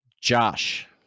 Josh